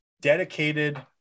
dedicated